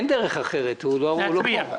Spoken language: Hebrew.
אין דרך אחרת, הוא לא פה.